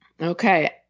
Okay